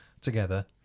together